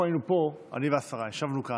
אנחנו היינו פה, אני והשרה ישבנו כאן.